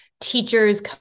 teachers